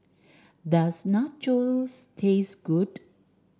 does Nachos taste good